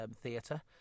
Theatre